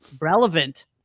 Relevant